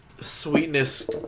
Sweetness